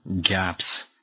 gaps